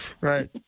Right